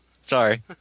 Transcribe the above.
Sorry